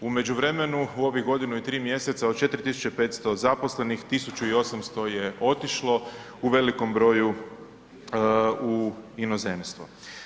U međuvremenu u ovih godinu i tri mjeseca od 4.500 zaposlenih 1.800 je otišlo u velikom broju u inozemstvo.